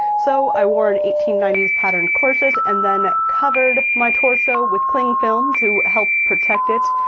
so i wore an eighteen ninety s pattern corset, and then covered my torso with cling film to help protect it.